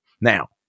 Now